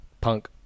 Punk